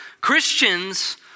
Christians